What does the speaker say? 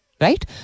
Right